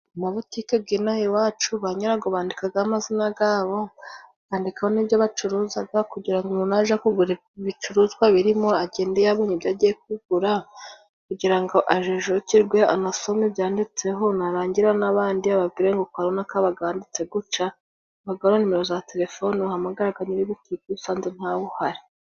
Amabutike ginaha iwacu, ba nyirago bandikagaho amazina, gabo bakandikaho n'ibyo bacuruzaga, kugira umuntu naje kugura ibicuruzwa birimo, agende yabonye ibyo agiye kugura, kugira ngo ajejukirwe, anasome byanditseho, narangira n'abandi ababwire ngo kwarunaka, habaga handitse guca, habagaho na nimero za telefone, uhamagaraga nyiri butike iyo usanze ntawuhari.